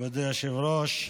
מכובדי היושב-ראש,